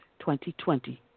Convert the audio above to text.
2020